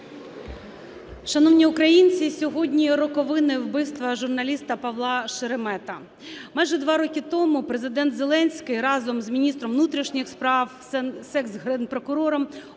Шановні українці, сьогодні роковини вбивства журналіста Павла Шеремета. Майже два роки тому Президент Зеленський разом з міністром внутрішніх справ, з ексгенпрокурором